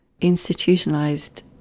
institutionalized